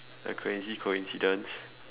a crazy coincidence